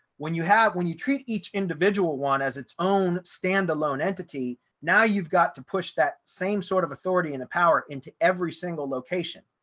when you have when you treat each individual one as its own standalone entity, now you've got to push that same sort of authority and the power into every single location,